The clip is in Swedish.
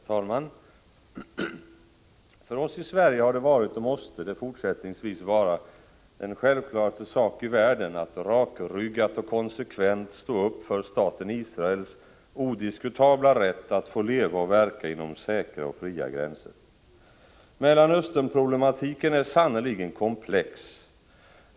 Herr talman! För oss i Sverige har det varit och måste det fortsättningsvis vara den självklaraste sak i världen att rakryggat och konsekvent stå upp för staten Israels odiskutabla rätt att få leva och verka inom säkra och fria gränser. Mellerstaösternproblematiken är sannerligen komplex.